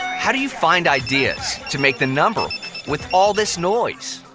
how do you find ideas to make the number with all this noise?